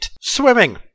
swimming